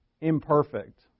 imperfect